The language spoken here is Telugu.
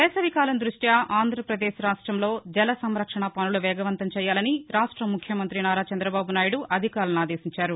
వేసవికాలం దృష్ట్య ఆంధ్రప్రదేశ్ రాష్టంలో జల సంరక్షణ పనులు వేగవంతం చేయాలని రాష్ట ముఖ్యమంతి నారా చంద్రబాబు నాయుడు అధికారులను ఆదేశించారు